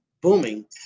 booming